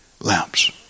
lamps